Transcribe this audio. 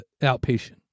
outpatient